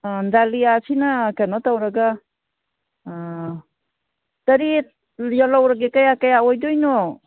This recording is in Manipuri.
ꯗꯥꯂꯤꯌꯥꯁꯤꯅ ꯀꯩꯅꯣ ꯇꯧꯔꯒ ꯇꯔꯦꯠ ꯂꯧꯔꯒꯦ ꯀꯌꯥ ꯀꯌꯥ ꯑꯣꯏꯗꯣꯏꯅꯣ